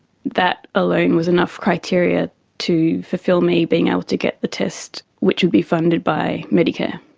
that alone was enough criteria to fulfil me being able to get the test, which would be funded by medicare.